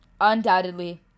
Undoubtedly